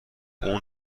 اون